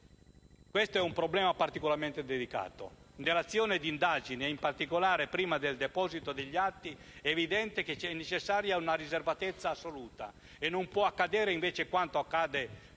Questo è un problema particolarmente delicato. Nell'azione d'indagine, in particolare prima del deposito degli atti, è evidente la necessità di una riservatezza assoluta e non può accadere quanto invece accade